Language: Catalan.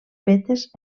fetes